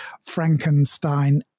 Frankenstein